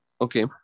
okay